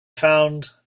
found